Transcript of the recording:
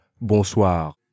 bonsoir